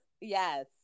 yes